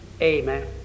amen